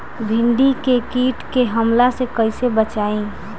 भींडी के कीट के हमला से कइसे बचाई?